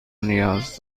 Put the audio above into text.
نیاز